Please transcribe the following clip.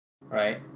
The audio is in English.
right